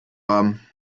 haben